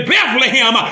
Bethlehem